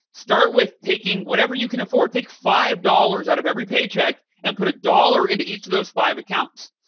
start with taking whatever you can afford. take five dollars out of every paycheck and put a dollar into each of those five accounts.